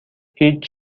هیچ